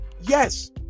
yes